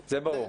זה ברור.